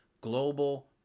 global